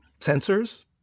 sensors